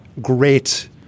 great